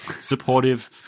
supportive